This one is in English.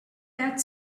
that